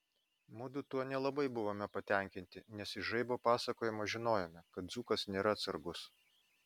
mudu tuo nelabai buvome patenkinti nes iš žaibo pasakojimo žinojome kad dzūkas nėra atsargus